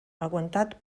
aguantat